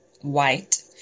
white